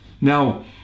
Now